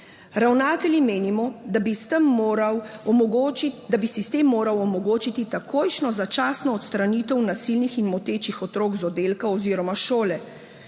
»Ravnatelji menimo, da bi sistem moral omogočiti takojšnjo začasno odstranitev nasilnih in motečih otrok iz oddelka oziroma šole,